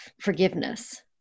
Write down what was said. forgiveness